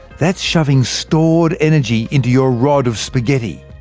that's shoving stored energy into your rod of spaghetti.